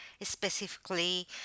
specifically